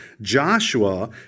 Joshua